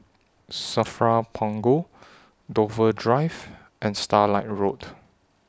SAFRA Punggol Dover Drive and Starlight Road